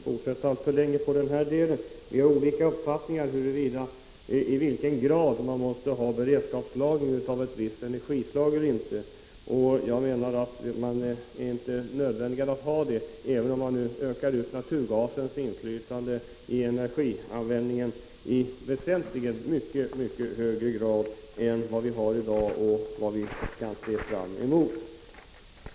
Herr talman! Jag skall inte förlänga den här debatten så mycket. Vi har olika uppfattningar om i vilken grad vi måste ha beredskapslagring av ett visst energislag. Jag menar att det inte är nödvändigt att ha det, även om man nu skulle öka naturgasens inflytande i energianvändningen i väsentligt högre grad jämfört med situationen i dag.